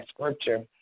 scripture